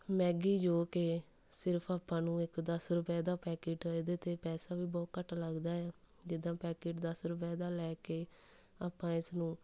Maggi ਜੋ ਕਿ ਸਿਰਫ਼ ਆਪਾਂ ਨੂੰ ਇੱਕ ਦਸ ਰੁਪਏ ਦਾ ਪੈਕਿਟ ਇਹਦੇ 'ਤੇ ਪੈਸਾ ਵੀ ਬਹੁਤ ਘੱਟ ਲੱਗਦਾ ਹੈ ਜਿੱਦਾਂ ਪੈਕਿਟ ਦਸ ਰੁਪਏ ਦਾ ਲੈ ਕੇ ਆਪਾਂ ਇਸ ਨੂੰ